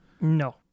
No